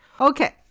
Okay